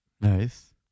nice